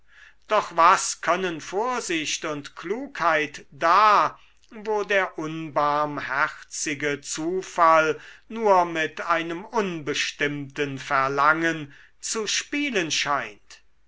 doch was können vorsicht und klugheit da wo der unbarmherzige zufall nur mit einem unbestimmten verlangen zu spielen scheint